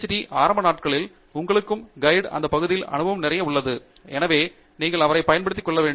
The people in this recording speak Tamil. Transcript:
டி ஆரம்ப நாட்களில் உங்கள் கைடு அந்த பகுதியில் அனுபவம் நிறைய உள்ளது எனவே நீங்கள் அவரை பயன்படுத்தி கொள்ளவேண்டும்